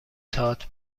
تاتر